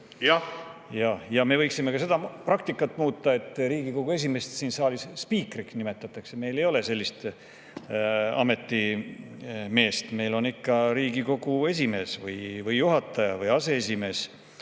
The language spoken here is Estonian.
Jah! Me võiksime ka seda praktikat muuta, et Riigikogu esimeest siin saalis spiikriks nimetatakse. Meil ei ole sellist ametimeest, meil on Riigikogu esimees või juhataja või aseesimees,